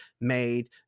made